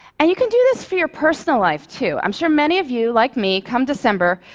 and you can do this for your personal life, too. i'm sure many of you, like me, come december,